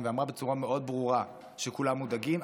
ואמרה בצורה מאוד ברורה שכולם מודאגים.